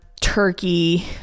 turkey